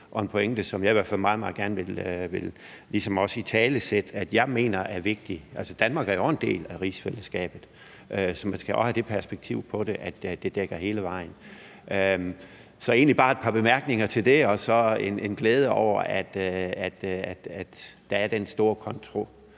og en pointe, som jeg i hvert fald også meget, meget gerne vil italesætte at jeg mener er vigtig. Altså, Danmark er jo også en del af rigsfællesskabet, så man skal også have det perspektiv på det, at det dækker hele vejen. Så det var egentlig bare et par bemærkninger til det og så en glæde over, at man er så konstruktiv